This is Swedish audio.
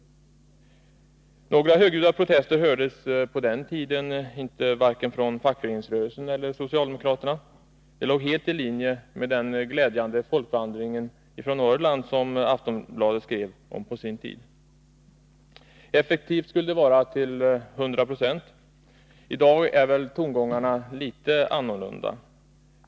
Några högljudda protester hördes inte på den tiden, varken från fackföreningsrörelsen eller från socialdemokraterna. Det låg helt i linje med den ”glädjande folkvandringen från Norrland” som Aftonbladet skrev om på sin tid. Effektivt skulle det vara till 100 96. I dag är det litet andra tongångar.